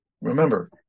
Remember